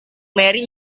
mary